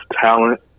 talent